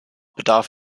bedarf